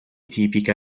tipiche